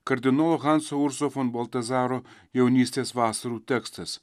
kardinolo hanso urso fon boltazaro jaunystės vasarų tekstas